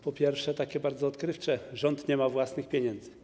Po pierwsze, takie bardzo odkrywcze: rząd nie ma własnych pieniędzy.